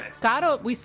Caro